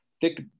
Thick